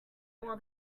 more